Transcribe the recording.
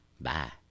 Bye